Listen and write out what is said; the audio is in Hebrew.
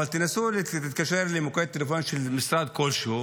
אבל תנסו להתקשר למוקד טלפוני של משרד כלשהו,